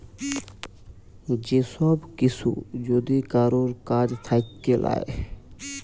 যে সব কিসু যদি কারুর কাজ থাক্যে লায়